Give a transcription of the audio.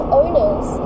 owners